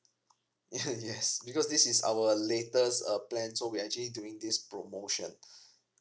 yes yes because this is our latest uh plan so we're actually doing these promotion